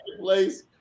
place